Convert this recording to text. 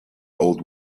old